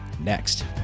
next